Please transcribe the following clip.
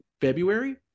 February